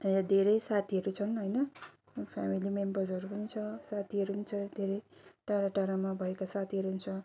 धेरै साथीहरू छन् होइन फ्यामिली मेम्बरहरू पनि छ साथीहरू पनि छ धेरै टाढा टाढामा भएका साथीहरू पनि छ